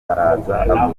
araza